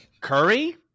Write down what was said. Curry